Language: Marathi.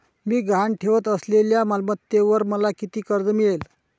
मी गहाण ठेवत असलेल्या मालमत्तेवर मला किती कर्ज मिळेल?